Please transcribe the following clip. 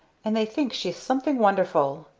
and they think she's something wonderful.